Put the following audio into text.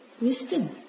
wisdom